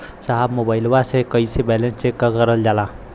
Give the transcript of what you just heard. साहब मोबइलवा से कईसे बैलेंस चेक करल जाला?